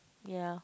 ya